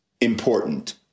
important